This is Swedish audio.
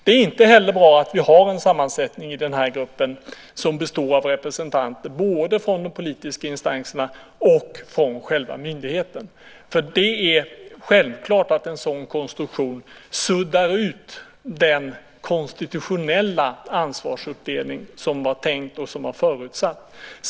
Det är inte heller bra att vi har en sammansättning i gruppen som består av representanter både från de politiska instanserna och från själva myndigheten. Det är självklart att en sådan konstruktion suddar ut den konstitutionella ansvarsuppdelning som var tänkt och förutsatt.